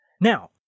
Now